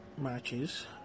matches